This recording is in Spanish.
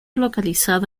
localizado